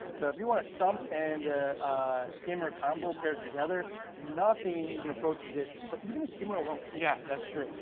so if you want a sump and a skimmer combo paired together, nothing even approaches it, but even the skimmer alone. yeah, that's true.